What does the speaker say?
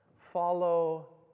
follow